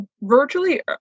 virtually